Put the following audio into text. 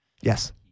Yes